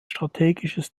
strategisches